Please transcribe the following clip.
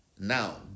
now